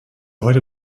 heute